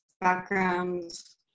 backgrounds